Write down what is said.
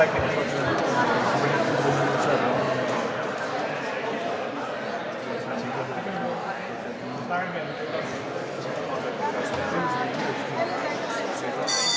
Tak